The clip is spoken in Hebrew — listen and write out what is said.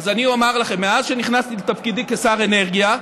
אז אני אומר לכם: מאז שנכנסתי לתפקידי כשר אנרגיה,